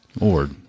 Lord